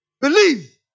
believe